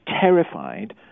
terrified